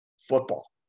football